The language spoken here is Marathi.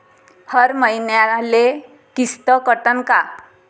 हर मईन्याले किस्त कटन का?